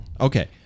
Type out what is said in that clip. Okay